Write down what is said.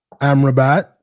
Amrabat